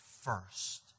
first